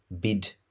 bid